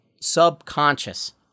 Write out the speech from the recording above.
subconscious